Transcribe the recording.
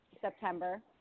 September